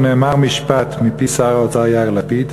נאמר משפט מפי שר האוצר יאיר לפיד: